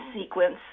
sequence